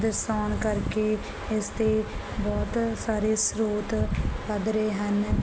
ਦਰਸੋਨ ਕਰਕੇ ਇਸ ਤੇ ਬਹੁਤ ਸਾਰੇ ਸਰੋਤ ਵੱਧ ਰਹੇ ਹਨ